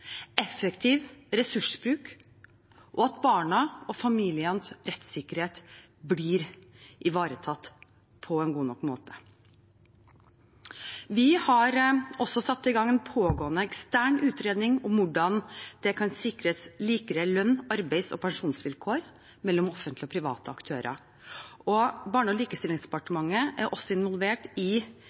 effektiv ressursbruk, og at barnas og familienes rettssikkerhet blir ivaretatt på en god nok måte. Vi har også en pågående ekstern utredning om hvordan det kan sikres likere lønns-, arbeids- og pensjonsvilkår mellom offentlige og private aktører. Barne- og likestillingsdepartementet er også involvert i